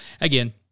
again